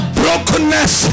brokenness